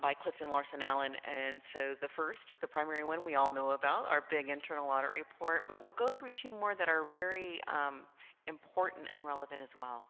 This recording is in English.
by clifton larson allen and so the first the primary one we all know about our big internal audit report but we'll go through two more that are very important and relevant as well